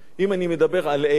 אם אני מדבר על אילת,